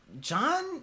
John